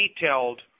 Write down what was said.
detailed